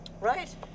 Right